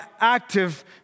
active